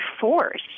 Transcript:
force